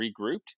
regrouped